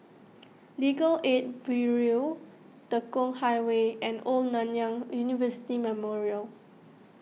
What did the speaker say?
Legal Aid Bureau Tekong Highway and Old Nanyang University Memorial